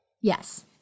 Yes